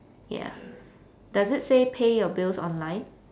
ya does it say pay your bills online